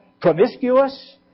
promiscuous